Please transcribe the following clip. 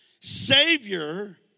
Savior